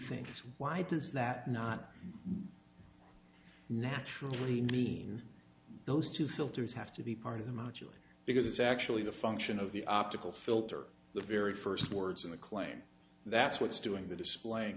things why does that not naturally mean those two filters have to be part of the module because it's actually the function of the optical filter the very first words in the claim that's what's doing the displaying